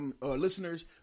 listeners